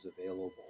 available